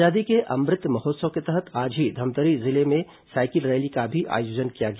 आजादी के अमृत महोत्सव के तहत आज ही धमतरी जिले में साइकिल रैली का भी आयोजन किया गया